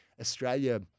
Australia